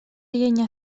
llenya